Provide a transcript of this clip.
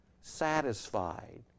satisfied